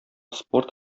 спорт